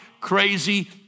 crazy